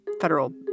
federal